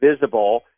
visible